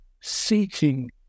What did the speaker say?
seeking